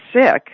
sick